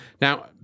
Now